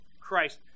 Christ